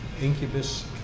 incubus